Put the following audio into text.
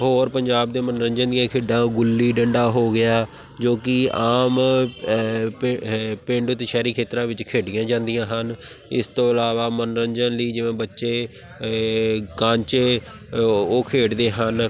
ਹੋਰ ਪੰਜਾਬ ਦੇ ਮਨੋਰੰਜਨ ਦੀਆਂ ਖੇਡਾਂ ਗੁੱਲੀ ਡੰਡਾ ਹੋ ਗਿਆ ਜੋ ਕਿ ਆਮ ਪਿੰਡ ਅਤੇ ਸ਼ਹਿਰੀ ਖੇਤਰਾਂ ਵਿੱਚ ਖੇਡੀਆਂ ਜਾਂਦੀਆਂ ਹਨ ਇਸ ਤੋਂ ਇਲਾਵਾ ਮਨੋਰੰਜਨ ਲਈ ਜਿਵੇਂ ਬੱਚੇ ਕਾਂਚੇ ਅ ਉਹ ਖੇਡਦੇ ਹਨ